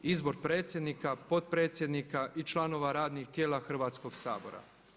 Izbor predsjednika, potpredsjednika i članova radnih tijela Hrvatskog sabora.